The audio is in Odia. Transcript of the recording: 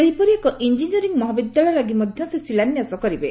ସେହିପରି ଏକ ଇଞ୍ଜିନିୟରିଂ ମହାବିଦ୍ୟାଳୟ ଲାଗି ମଧ୍ୟ ସେ ଶିଳାନ୍ୟାସ କରିବେ